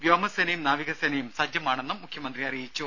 വ്യോമസേനയും നാവികസേനയും സജ്ജമാണെന്നും മുഖ്യമന്ത്രി അറിയിച്ചു